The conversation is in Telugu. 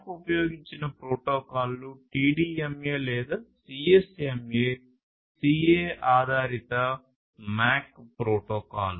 MAC ఉపయోగించిన ప్రోటోకాల్లు TDMA లేదా CSMA CA ఆధారిత MAC ప్రోటోకాల్